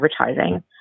advertising